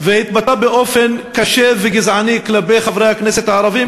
והתבטא באופן קשה וגזעני כלפי חברי הכנסת הערבים,